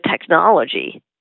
technology